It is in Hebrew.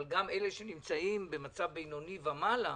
אבל גם אלה שנמצאים במצב בינוני ומעלה,